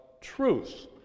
truth